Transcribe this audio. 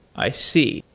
i see,